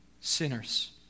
sinners